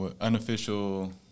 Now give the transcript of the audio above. unofficial